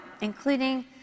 including